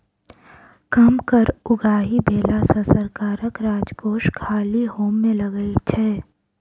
कम कर उगाही भेला सॅ सरकारक राजकोष खाली होमय लगै छै